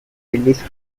released